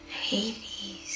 Hades